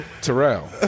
Terrell